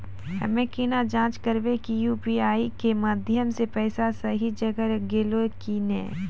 हम्मय केना जाँच करबै की यु.पी.आई के माध्यम से पैसा सही जगह गेलै की नैय?